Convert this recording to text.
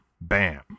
Bam